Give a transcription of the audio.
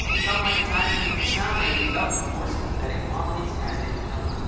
some, like itachi and kisame, developed more sympathetic qualities as they went on.